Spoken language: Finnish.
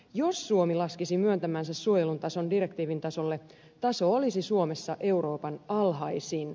jos suomi laskisi myöntämänsä suojelun tason direktiivin tasolle taso olisi suomessa euroopan alhaisin